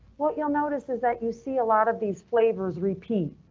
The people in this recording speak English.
what you'll notice is that you see a lot of these flavors repeat.